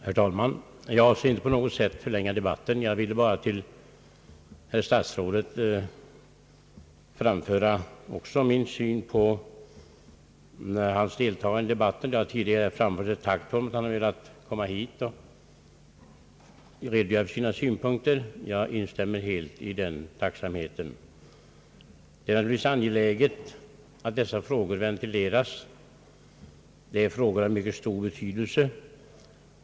Herr talman! Jag skall inte på något sätt förlänga debatten, jag vill bara till herr statsrådet framföra också min syn på hans deltagande i debatten. Det har tidigare uttalats ett tack för att han velat komma hit och redogöra för sina synpunkter, och jag instämmer helt i det tacket. Det är naturligtvis angeläget att dessa frågor ventileras. Saken har en mycket stor betydelse.